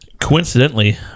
coincidentally